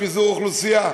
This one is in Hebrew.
לפיזור אוכלוסייה.